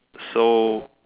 so